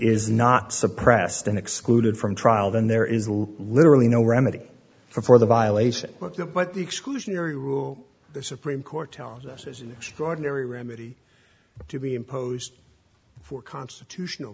is not suppressed in excluded from trial then there is literally no remedy for the violation but the exclusionary rule the supreme court tells us is an extraordinary remedy to be imposed for constitutional